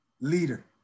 leader